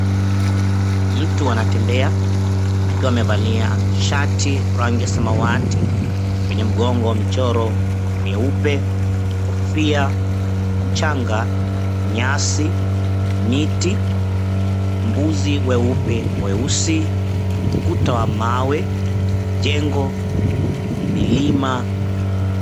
Mtu anatembea, akiwa amevalia shati rangi ya samawati, kwenye mgongo michoro meupe, kofia, mchanga, nyasi, miti, mbuzi weupe kwa weusi, ukuta wa mawe, jengo, milima.